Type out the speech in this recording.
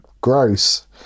Gross